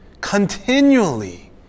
continually